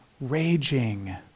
raging